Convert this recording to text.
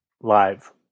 live